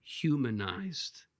humanized